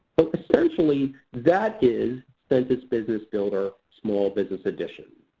essentially that is census business builder small business edition.